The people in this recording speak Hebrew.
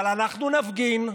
אבל אנחנו נפגין.